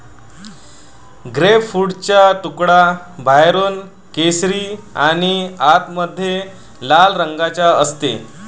ग्रेपफ्रूटचा तुकडा बाहेरून केशरी आणि आतमध्ये लाल रंगाचा असते